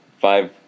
five